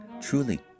Truly